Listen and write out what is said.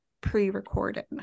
pre-recorded